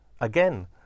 again